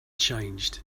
changed